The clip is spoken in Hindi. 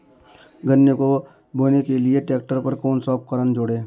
गन्ने को बोने के लिये ट्रैक्टर पर कौन सा उपकरण जोड़ें?